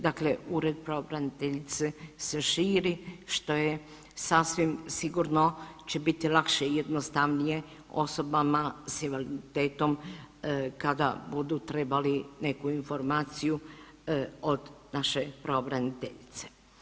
Dakle Ured pravobraniteljice se širi, što je sasvim sigurno će biti lakše i jednostavnije osobama s invaliditetom kada budu trebali neku informaciju od naše pravobraniteljice.